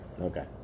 Okay